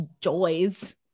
joys